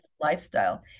lifestyle